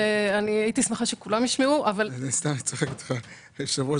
שמבטיחים את הערך הריאלי ללקוח,